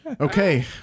Okay